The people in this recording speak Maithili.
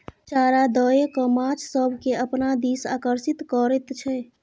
चारा दए कय माछ सभकेँ अपना दिस आकर्षित करैत छै